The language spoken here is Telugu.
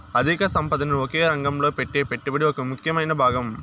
అధిక సంపదని ఒకే రంగంలో పెట్టే పెట్టుబడి ఒక ముఖ్యమైన భాగం